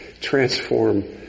transform